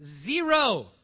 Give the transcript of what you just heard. Zero